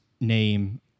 name